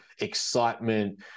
excitement